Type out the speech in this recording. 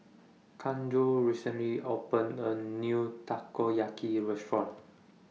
Kazuo recently opened A New Takoyaki Restaurant